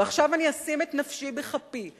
ועכשיו אני אשים את נפשי בכפי,